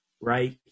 right